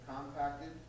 compacted